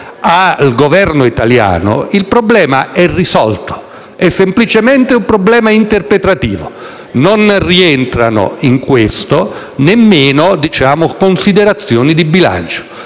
al Governo italiano, il problema è risolto. È semplicemente un problema interpretativo, che non implica nemmeno considerazioni di bilancio,